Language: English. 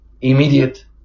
immediate